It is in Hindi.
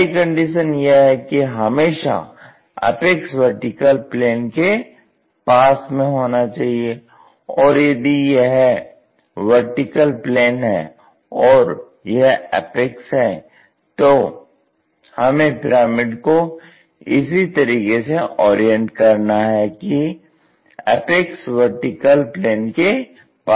पहली कंडीशन यह है कि हमेशा अपेक्स वर्टिकल प्लेन के पास में होना चाहिए और यदि यह वर्टिकल प्लेन है और यह अपेक्स है तो हमें पिरामिड को इसी तरीके से ओरिएंट करना है कि अपेक्स वर्टिकल प्लेन के पास में हो